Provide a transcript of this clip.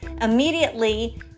immediately